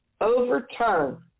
overturn